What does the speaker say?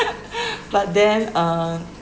but then uh